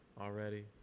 already